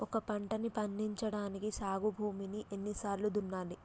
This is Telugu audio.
ఒక పంటని పండించడానికి సాగు భూమిని ఎన్ని సార్లు దున్నాలి?